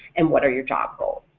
and what are your job goals.